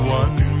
one